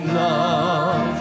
love